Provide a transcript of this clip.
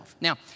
Now